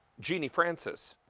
genie francis.